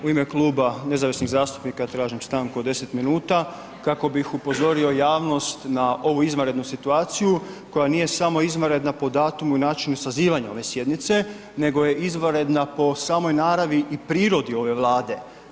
U ime Kluba nezavisnih zastupnika tražim stanku od 10 minuta kako bih upozorio javnost na ovu izvanrednu situaciju koja nije samo izvanredna po datumu i načinu sazivanja ove sjednice, nego je izvanredna po samoj naravi i prirodi ove Vlade.